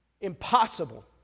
Impossible